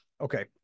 okay